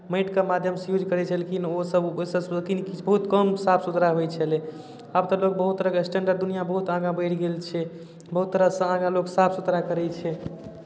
माटिके माध्यमसँ यूज करै छलखिन ओसभ ओहिसँ लेकिन बहुत कम साफ सुथरा होइत छलय आब तऽ लोक बहुत तरहके स्टैंडर्ड दुनिआँ बहुत आगाँ बढ़ि गेल छै बहुत तरहसँ आगाँ लोक साफ सुथरा करै छै